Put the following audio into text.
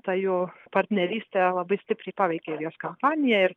ta jų partnerystė labai stipriai paveikė jos kampanija